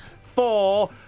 four